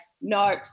no